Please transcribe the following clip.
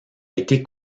été